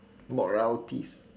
moralities